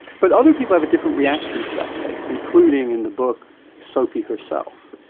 but other people have a different reaction to that case including in the book sophie herself.